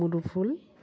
मुदुफुल